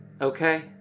Okay